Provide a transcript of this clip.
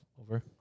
over